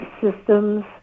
systems